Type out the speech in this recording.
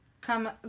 come